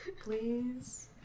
please